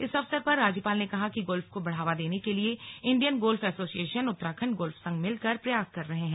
इस अवसर पर राज्यपाल ने कहा कि गोल्फ को बढ़ावा देने के लिए इण्डियन गोल्फ एसोसिएशन और उत्तराखण्ड गोल्फ संघ मिलकर प्रयास कर रहे हैं